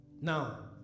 now